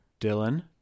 Dylan